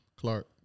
Clark